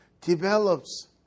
develops